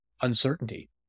uncertainty